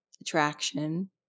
attraction